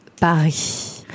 Paris